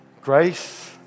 Grace